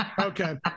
okay